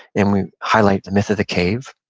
and we highlight the myth of the cave.